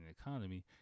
economy